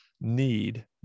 need